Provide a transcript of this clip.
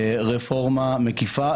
רפורמה מקיפה.